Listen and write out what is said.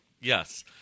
yes